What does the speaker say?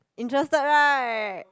interested right